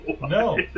No